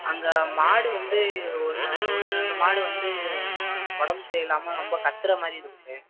அங்கே மாடு வந்து ஒன்று ஒன்று ரெண்டு மாடு வந்து உடம்பு சரி இல்லாமல் ரொம்ப கற்றுற மாதிரி இருக்கு சார்